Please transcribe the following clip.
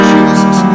Jesus